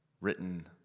written